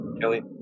Kelly